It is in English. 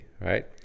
right